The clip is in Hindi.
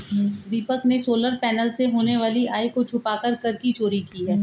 दीपक ने सोलर पैनल से होने वाली आय को छुपाकर कर की चोरी की है